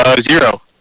Zero